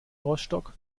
rostock